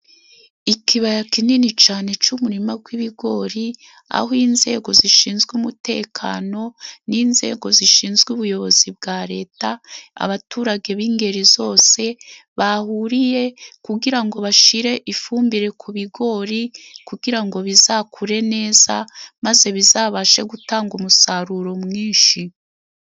Ikibaya kinini cane c'umurima gw'ibigori, aho inzego zishinzwe umutekano n'inzego zishinzwe ubuyobozi bwa Leta, abaturage b'ingeri zose bahuriye. Kugira ngo bashire ifumbire ku bigori, kugira ngo bizakure neza maze bizabashe gutanga umusaruro mwinshi.